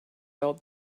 out